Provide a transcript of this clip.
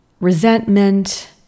resentment